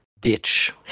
ditch